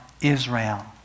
Israel